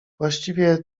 właściwie